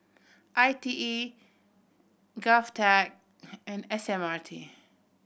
I T E GovTech and S M R T